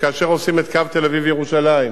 שכאשר עושים את קו תל-אביב ירושלים,